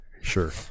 Sure